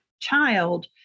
child